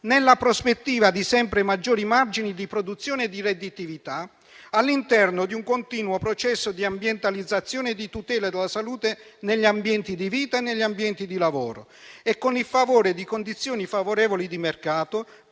nella prospettiva di sempre maggiori margini di produzione e di redditività, all'interno di un continuo processo di ambientalizzazione e di tutela della salute negli ambienti di vita e negli ambienti di lavoro e con il vantaggio di condizioni favorevoli di mercato